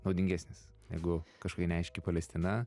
naudingesnis negu kažkokia neaiški palestina